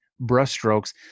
brushstrokes